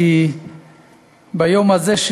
כי ביום הזה,